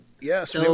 Yes